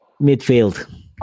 midfield